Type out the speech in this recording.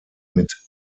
mit